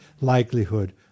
likelihood